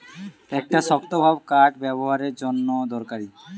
একটা শক্তভাব কাঠ ব্যাবোহারের জন্যে দরকারি